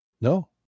No